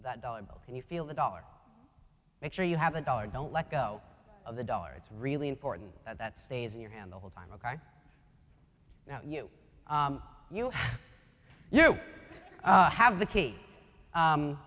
that dollar bill and you feel the dollar make sure you have a dollar don't let go of the dollar it's really important that that stays in your hand the whole time ok now you you you have the